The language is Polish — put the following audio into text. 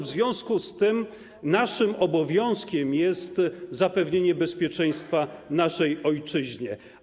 W związku z tym naszym obowiązkiem jest zapewnienie bezpieczeństwa naszej ojczyźnie.